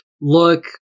Look